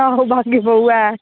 आहो बाग ए बहु ऐ